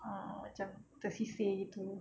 ah macam tersisih gitu